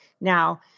Now